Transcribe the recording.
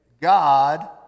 God